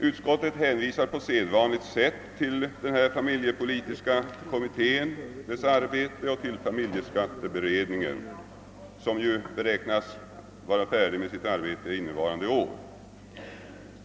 Utskottet hänvisar på sedvanligt sätt till arbetet inom familjepolitiska kommitten och till familjeskatteberedningen, som beräknas bli färdig med sitt arbete under innevarande år.